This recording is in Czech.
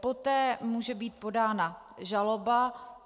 Poté může být podána žaloba.